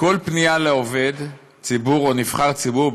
"בכל פנייה לעובד ציבור או נבחר הציבור,